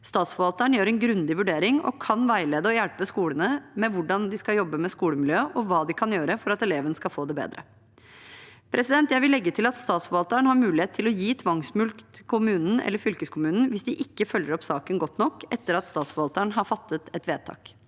Statsforvalteren gjør en grundig vurdering og kan veilede og hjelpe skolene med hvordan de skal jobbe med skolemiljø, og hva de kan gjøre for at elevene skal få det bedre. Jeg vil legge til at statsforvalteren har mulighet til å gi tvangsmulkt til kommunen eller fylkeskommunen hvis de ikke følger opp saken godt nok etter at statsforvalteren har fattet et vedtak.